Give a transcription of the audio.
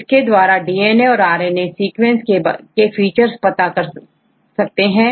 इसके द्वारा डीएनए और आरएनए सीक्वेंस के फीचर्स पता करे जा सकते हैं